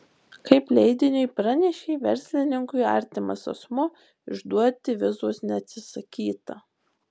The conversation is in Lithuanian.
kaip leidiniui pranešė verslininkui artimas asmuo išduoti vizos neatsisakyta